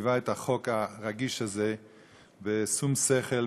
שליווה את החוק הרגיש הזה בשום שכל,